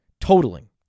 totaling